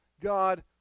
God